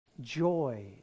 Joy